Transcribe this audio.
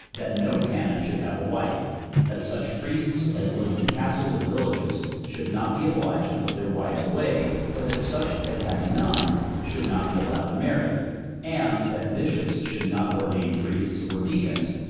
that no canon should have a wife that such priests as lived in castles and villages should not be obliged to put their wives away, but that such as had none should not be allowed to marry and that bishops should not ordain priests or deacons,